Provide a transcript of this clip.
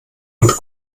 und